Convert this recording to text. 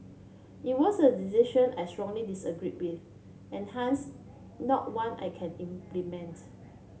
it was a decision I strongly disagreed with and hence not one I can implements